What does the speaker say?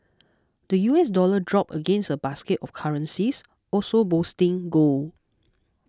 the U S dollar dropped against a basket of currencies also boosting gold